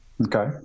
Okay